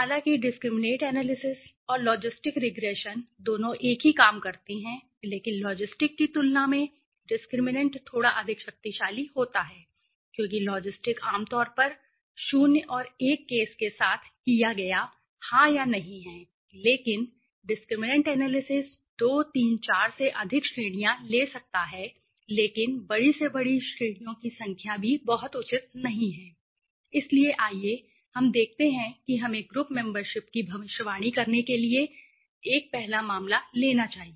हालांकि discriminant analysis और logistic regression दोनों एक ही काम करते हैं लेकिन लॉजिस्टिक की तुलना में डिस्क्रिमिनैंटथोड़ा अधिक शक्तिशाली होता है क्योंकि लॉजिस्टिक आमतौर पर होता है 0 और 1 केस के साथ किया गया हाँ या नहीं है लेकिन डिस्क्रिमिनैंट एनालिसिस 234 से अधिक श्रेणियां ले सकता है लेकिन बड़ी से बड़ी श्रेणियों की संख्या भी बहुत उचित नहीं है इसलिए आइए हमें देखते हैं कि हमें ग्रुप मेम्बरशिप की भविष्यवाणी करने के लिए एक पहला मामला लेना चाहिए